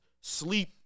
sleep